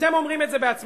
אתם אומרים את זה בעצמכם.